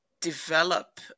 develop